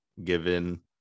given